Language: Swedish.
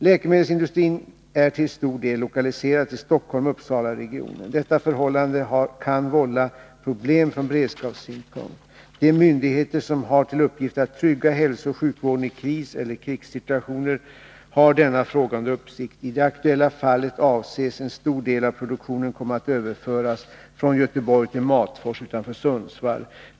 Läkemedelsindustrin är till stor del lokaliserad till Stockholm-Uppsalaregionen. Detta förhållande kan vålla problem från beredskapssynpunkt. De myndigheter som har till uppgift att trygga hälsooch sjukvården i kriseller krigssituationer har denna fråga under uppsikt. I det aktuella fallet avses en stor del av produktionen komma att öveföras från Göteborg till Matfors utanför Sundsvall.